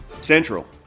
Central